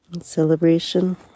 celebration